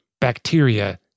bacteria